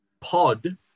pod